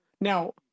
Now